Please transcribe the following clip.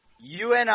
UNI